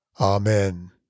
Amen